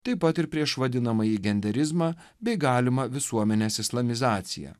taip pat ir prieš vadinamąjį genderizmą bei galimą visuomenės islamizaciją